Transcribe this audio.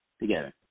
together